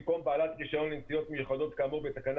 במקום "בעלת רישיון לנסיעה מיוחדת כאמור בתקנה